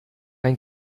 ein